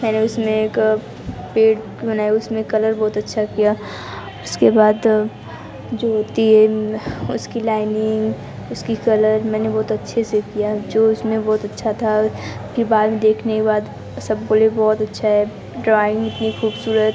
मैंने उसमें एक पेट बनाई उसमें कलर बहुत अच्छा किया उसके बाद जो होती है उसकी लाइनिंग उसकी कलर मैंने बहुत अच्छे से किया जो उसमें बहुत अच्छा था कि बाद देखने के बाद सब बोले बहुत अच्छा है ड्राॅइंग की खूबसूरत